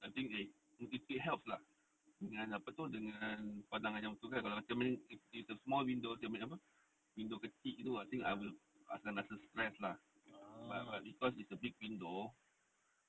I think they it helps lah dengan apa tu dengan kalau cermin is a small window cermin apa window kecil gitu I will akan rasa stress lah but but because it's a big window